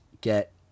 get